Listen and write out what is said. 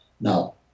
Now